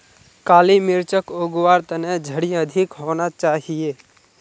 काली मिर्चक उग वार तने झड़ी अधिक होना चाहिए